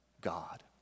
God